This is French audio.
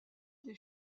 des